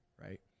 right